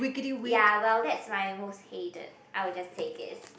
ya well that is my most hated I will just takes it